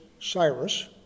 Cyrus